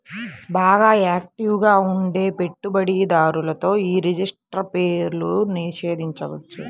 బాగా యాక్టివ్ గా ఉండే పెట్టుబడిదారులతో యీ రిజిస్టర్డ్ షేర్లను నిషేధించొచ్చు